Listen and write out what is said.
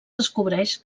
descobreix